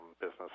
business